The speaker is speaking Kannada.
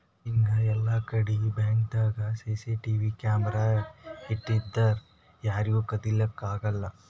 ಈಗ್ ಎಲ್ಲಾಕಡಿ ಬ್ಯಾಂಕ್ದಾಗ್ ಸಿಸಿಟಿವಿ ಕ್ಯಾಮರಾ ಇಟ್ಟಿರ್ತರ್ ಯಾರಿಗೂ ಕದಿಲಿಕ್ಕ್ ಆಗಲ್ಲ